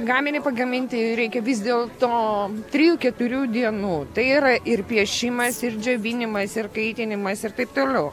gaminį pagaminti reikia vis dėl to trijų keturių dienų tai yra ir piešimas ir džiovinimas ir kaitinimas ir taip toliau